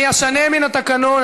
אני אשנה מן התקנון,